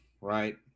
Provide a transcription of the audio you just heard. right